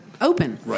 open